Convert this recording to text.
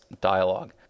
dialogue